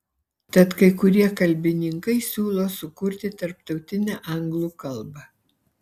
tad kai kurie kalbininkai siūlo sukurti tarptautinę anglų kalbą